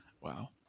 Wow